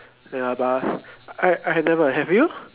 ya but I I have never have you